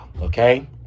okay